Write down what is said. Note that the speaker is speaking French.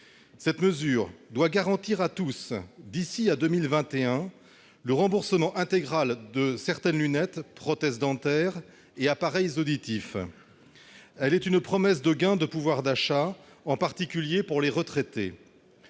Cette mesure, qui doit garantir à tous, d'ici à 2021, le remboursement intégral de certaines lunettes, prothèses dentaires et appareils auditifs, est une promesse de gain de pouvoir d'achat, en particulier pour les retraités.